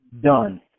done